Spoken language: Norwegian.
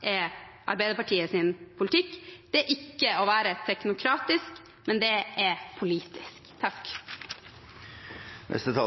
er Arbeiderpartiets politikk. Det er ikke å være teknokratisk, men det er politisk. Det er